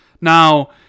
now